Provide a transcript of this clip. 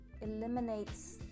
eliminates